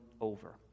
over